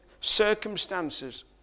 circumstances